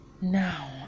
now